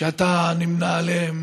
שאתה נמנה עמה,